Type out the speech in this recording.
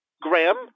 Graham